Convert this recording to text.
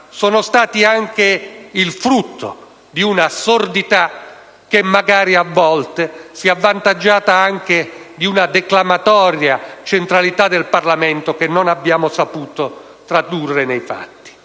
sono stati anche il frutto di una sordità che magari, a volte, si è avvantaggiata anche di una declaratoria di centralità del Parlamento che non abbiamo saputo tradurre nei fatti.